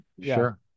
Sure